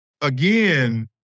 again